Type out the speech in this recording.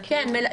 כן.